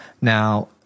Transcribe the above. Now